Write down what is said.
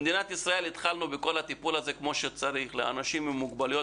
במדינת ישראל התחלנו בטיפול הזה לאנשים עם מוגבלויות